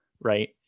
Right